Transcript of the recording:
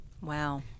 Wow